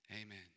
amen